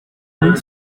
neuilly